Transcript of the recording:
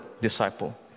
disciple